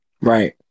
Right